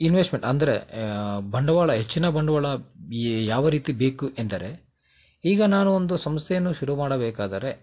investment ಅಂದರೆ ಬಂಡವಾಳ ಹೆಚ್ಚಿನ ಬಂಡವಾಳ ಎ ಯಾವ ರೀತಿ ಬೇಕು ಎಂದರೆ ಈಗ ನಾನೊಂದು ಸಂಸ್ಥೆಯನ್ನು ಶುರುಮಾಡಬೇಕಾದರೆ